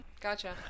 gotcha